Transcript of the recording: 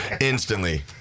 Instantly